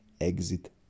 exit